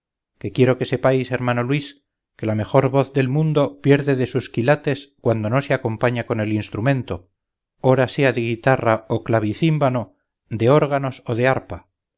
que quiero que sepáis hermano luis que la mejor voz del mundo pierde de sus quilates cuando no se acompaña con el instrumento ora sea de guitarra o clavicímbano de órganos o de arpa